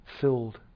filled